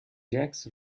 jack’s